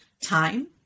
time